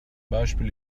beispiel